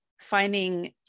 finding